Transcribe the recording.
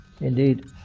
Indeed